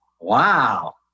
wow